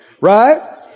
Right